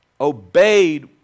obeyed